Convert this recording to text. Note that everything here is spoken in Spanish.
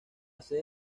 sede